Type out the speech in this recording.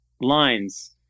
lines